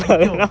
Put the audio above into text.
!aiyo!